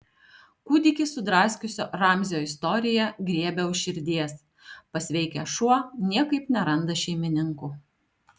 kūdikį sudraskiusio ramzio istorija griebia už širdies pasveikęs šuo niekaip neranda šeimininkų